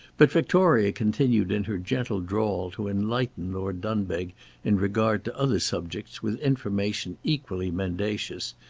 but victoria continued in her gentle drawl to enlighten lord dunbeg in regard to other subjects with information equally mendacious,